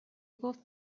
گفت